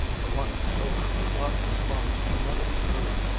for once sylvia did not respond to another's mood.